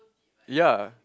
ya